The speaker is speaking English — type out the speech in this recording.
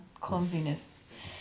clumsiness